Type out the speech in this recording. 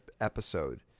episode